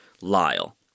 Lyle